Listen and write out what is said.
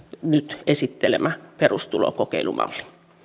nyt esittelemä perustulokokeilumalli arvoisa